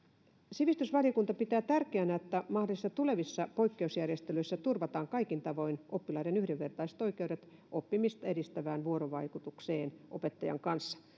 sivistysvaliokunta pitää tärkeänä että mahdollisissa tulevissa poikkeusjärjestelyissä turvataan kaikin tavoin oppilaiden yhdenvertaiset oikeudet oppimista edistävään vuorovaikutukseen opettajan kanssa